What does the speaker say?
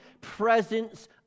presence